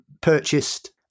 purchased